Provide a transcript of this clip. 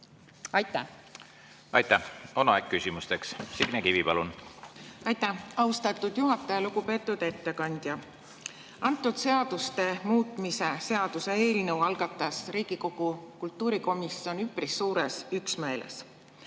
palun! Aitäh! On aeg küsimusteks. Signe Kivi, palun! Aitäh, austatud juhataja! Lugupeetud ettekandja! Antud seaduste muutmise seaduse eelnõu algatas Riigikogu kultuurikomisjon üpris suures üksmeeles.